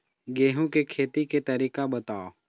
गेहूं के खेती के तरीका बताव?